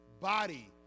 body